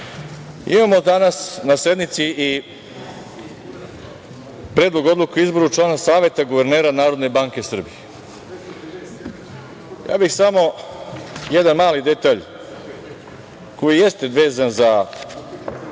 način. Imamo danas na sednici i Predlog odluke o izboru člana Saveta guvernera Narodne banke Srbije. Samo bih jedan mali detalj koji jeste vezan za